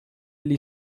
ele